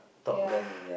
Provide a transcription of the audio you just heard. okay ah